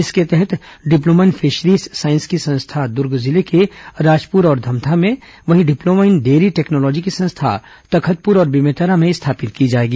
इसके तहत diploma in fisheries science की संस्था दुर्ग जिले के राजपुर और धमधा में वहीं डिप्लोमा इन डेयरी टेक्नोलॉजी की संस्था तखतपुर और बेमेतरा में स्थापित की जाएगी